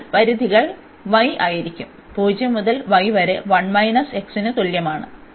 അതിനാൽ പരിധികൾ y ആയിരിക്കും 0 മുതൽ y വരെ ന് തുല്യമാണ്